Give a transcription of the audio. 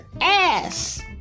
ass